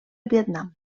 vietnam